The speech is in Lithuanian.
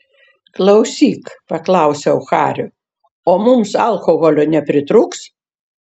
klausyk paklausiau hario o mums alkoholio nepritrūks